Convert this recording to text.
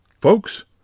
Folks